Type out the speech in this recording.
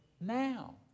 now